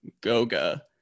Goga